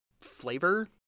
flavor